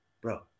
bro